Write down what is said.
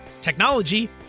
technology